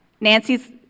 Nancy's